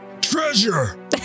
Treasure